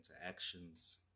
interactions